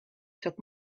took